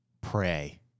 pray